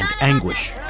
anguish